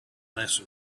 less